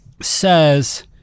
says